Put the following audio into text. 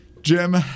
Jim